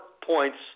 points